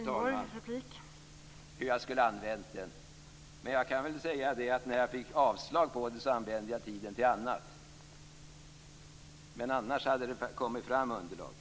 Fru talman! Det vet jag, Rune Berglund. När jag fick avslag på förslaget använde jag tiden till annat - men det hade annars kommit fram underlag.